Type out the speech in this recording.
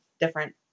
different